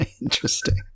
interesting